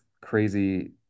crazy